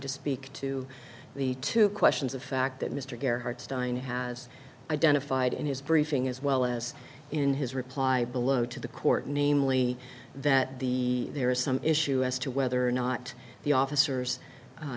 to speak to the two questions of fact that mr gary hartstein has identified in his briefing as well as in his reply below to the court namely that the there is some issue as to whether or not the officers